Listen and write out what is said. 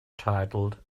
titled